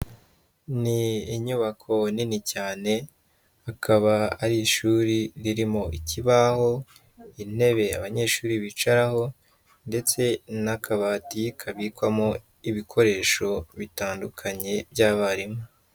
Ni inyubako nini cyane, akaba ari ishuri ririmo ikibaho, intebe abanyeshuri bicaraho, ndetse n'akabati kabikwamo ibikoresho bitandukanye, by'abarimu.